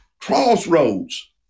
crossroads